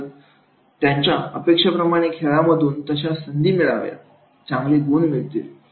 तर त्यांच्या अपेक्षेप्रमाणे खेळांमधून त्यांना तशी संधी मिळावी चांगले गुण मिळतील